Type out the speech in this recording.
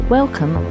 Welcome